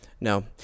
No